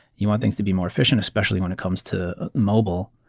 you want things to be more efficient, especially when it comes to mobile,